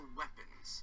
weapons